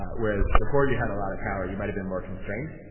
whereas, before you had a lot of power, you might have been more constrained.